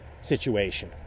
situation